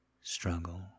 struggle